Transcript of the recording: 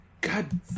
God